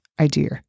idea